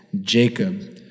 Jacob